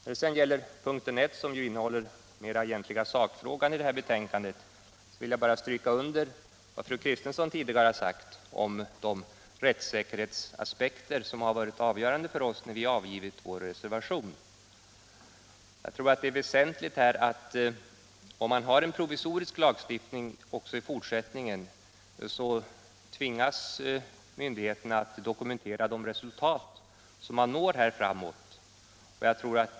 När det sedan gäller punkten 1, som ju innehåller den egentliga sakfrågan i betänkandet, vill jag bara stryka under vad fru Kristensson tidigare har sagt om de rättssäkerhetsaspekter som varit avgörande för oss när vi avgivit vår reservation. Jag tror att det är väsentligt att man har en provisorisk lagstiftning också i fortsättningen, därför att myndigheterna tvingas då att bättre dokumentera de resultat beträffande proven som man når framöver.